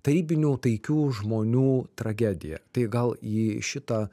tarybinių taikių žmonių tragedija tai gal į šitą